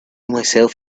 myself